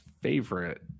favorite